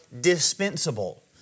dispensable